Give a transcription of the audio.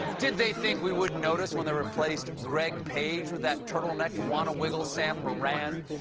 did they think we wouldn't notice when they replaced greg page with that turtlenecked wanna-wiggle, sam moran?